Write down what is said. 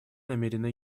намерена